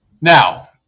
Now